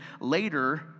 later